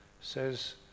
says